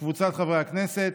וקבוצת חברי הכנסת,